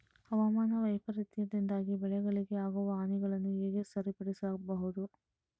ಹವಾಮಾನ ವೈಪರೀತ್ಯದಿಂದ ಬೆಳೆಗಳಿಗೆ ಆಗುವ ಹಾನಿಗಳನ್ನು ಹೇಗೆ ಸರಿಪಡಿಸಬಹುದು?